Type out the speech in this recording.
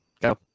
Go